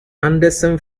anderson